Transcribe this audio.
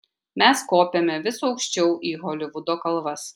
mes kopėme vis aukščiau į holivudo kalvas